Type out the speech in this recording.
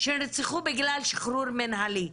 שנרצחו בגלל שחרור מינהלי,